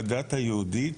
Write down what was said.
בדת היהודית,